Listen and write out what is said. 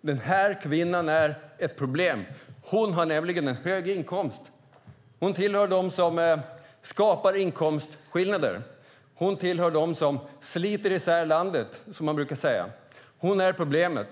Den här kvinnan är ett problem. Hon har nämligen en hög inkomst. Hon tillhör dem som skapar inkomstskillnader. Hon tillhör dem som sliter isär landet, som man brukar säga. Hon är problemet.